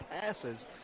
passes